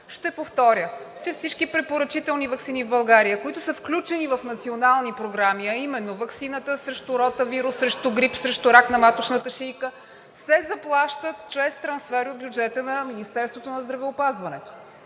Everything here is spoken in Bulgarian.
Ще повторя, че всички препоръчителни ваксини в България, които са включени в национални програми, а именно: ваксината срещу ротавирус, срещу грип, срещу рак на маточната шийка, се заплащат чрез трансфер от бюджета на Министерството на здравеопазването.